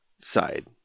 side